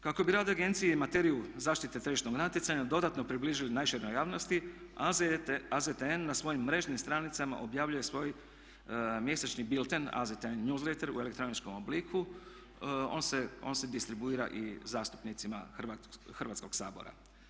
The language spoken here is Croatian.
Kako bi rad agencije i materiju zaštite tržišnog natjecanja dodatno približili najširoj javnosti AZTN na svojim mrežnim stranicama objavljuje svoj mjesečni bilten AZTN newsletter u elektroničkom obliku, on se distribuira i zastupnicima Hrvatskoga sabora.